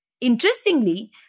Interestingly